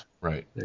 Right